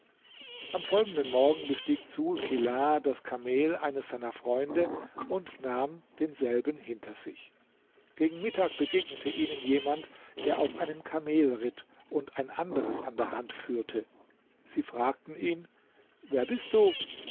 am folgenden morgen bestieg dsul kelaa das kamel eines seiner freunde und nahm denselben hinter sich gegen mittag begegnete ihnen jemand der auf einem kamel ritt und ein anderes an der hand führte sie fragten ihn wer bist du